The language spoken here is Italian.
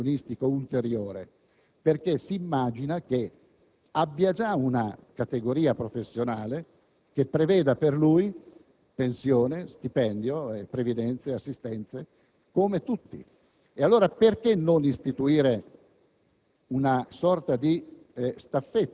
non ha bisogno di un trattamento pensionistico ulteriore, perché si immagina che faccia parte già di una categoria professionale che preveda per lui pensione, stipendio, previdenza e assistenza come tutti. Allora, perché non istituire una sorta